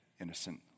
Innocent